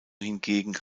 hingegen